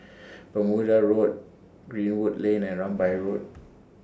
Bermuda Road Greenwood Lane and Rambai Road